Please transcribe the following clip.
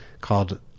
called